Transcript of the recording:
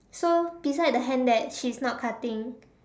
so beside the hand that she's not cutting